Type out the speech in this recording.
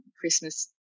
Christmas